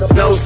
no